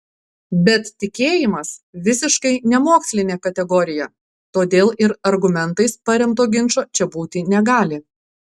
bet tikėjimas visiškai nemokslinė kategorija todėl ir argumentais paremto ginčo čia būti negali